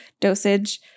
dosage